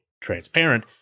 transparent